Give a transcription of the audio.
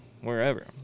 wherever